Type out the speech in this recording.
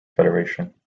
federation